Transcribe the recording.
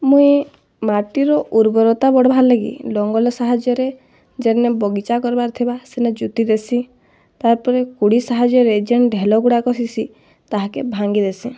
ମୁଇଁ ମାଟିର ଉର୍ବରତା ବଢ଼୍ବାର୍ ଲାଗି ଲଙ୍ଗଲ ସାହାଯ୍ୟରେ ଜେନେ ବଗିଚା କରିବାର୍ ଥିବା ସେନେ ଯୁତିଦେସିଁ ତାପରେ କୁଡି ସାହାଯ୍ୟରେ ଯେନ୍ ଢେଲ୍ଗୁଡ଼ାକ ଥିଶି ତାହାକେ ଭାଙ୍ଗି ଦେସିଁ